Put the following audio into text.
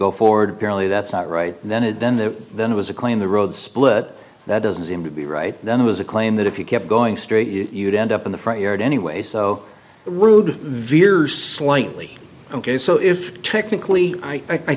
go forward barely that's not right and then it then the then it was a claim the road split that doesn't seem to be right then it was a claim that if you kept going straight you'd end up in the front yard anyway so rude veers slightly ok so if technically i